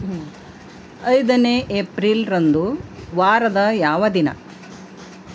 ಐದನೇ ಏಪ್ರಿಲ್ರಂದು ವಾರದ ಯಾವ ದಿನ